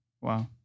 Wow